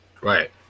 Right